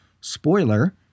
Spoiler